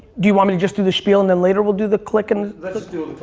do you want me to just do the spiel, and then later we'll do the click, and? let's just do